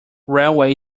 railway